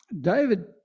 David